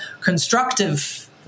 constructive